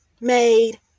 made